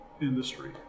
industry